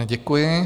Děkuji.